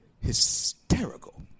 hysterical